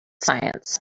science